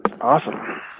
Awesome